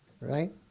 right